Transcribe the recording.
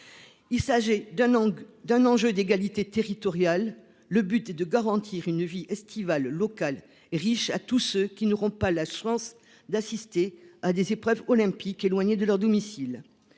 C'est un enjeu d'égalité territoriale. Il faut garantir une vie estivale locale riche à tous ceux qui n'auront pas la chance d'assister à des épreuves olympiques, éloignées de leur domicile.